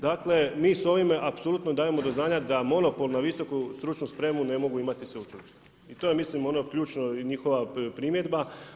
Dakle, mi s ovime apsolutno dajemo do znanja da monopol na visoku stručnu spremu ne mogu imati sveučilišta i to je mislim i ona ključna njihova primjedba.